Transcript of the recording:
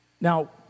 Now